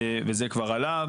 וזה כבר עלה.